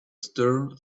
stir